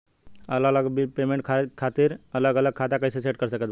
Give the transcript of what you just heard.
अलग अलग bill payment खातिर अलग अलग खाता कइसे सेट कर सकत बानी?